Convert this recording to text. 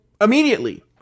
immediately